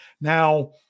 Now